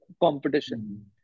competition